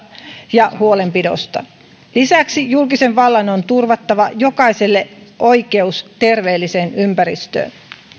ja huolenpito lisäksi julkisen vallan on turvattava jokaiselle oikeus terveelliseen ympäristöön